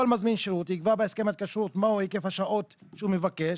כל מזמין שירות יקבע בהסכם ההתקשרות מהו היקף השעות שהוא מבקש.